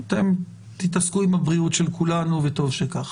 אתם תתעסקו עם הבריאות של כולנו וטוב שכך.